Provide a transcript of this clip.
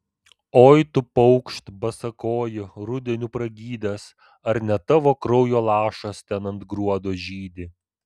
oi tu paukšt basakoji rudeniu pragydęs ar ne tavo kraujo lašas ten ant gruodo žydi